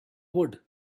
wood